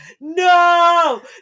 no